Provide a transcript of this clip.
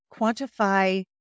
quantify